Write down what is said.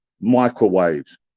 microwaves